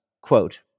quote